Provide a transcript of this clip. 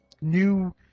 new